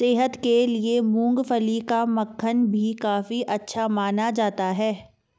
सेहत के लिए मूँगफली का मक्खन भी काफी अच्छा माना जाता है